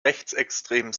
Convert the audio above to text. rechtsextremen